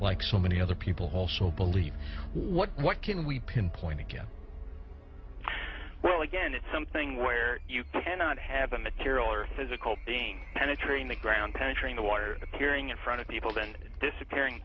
like so many other people also believe what what can we pinpoint again well again it's something where you cannot have a material or physical thing penetrating the ground penetrating the water appearing in front of people then disappearing